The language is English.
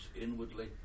inwardly